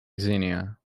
xenia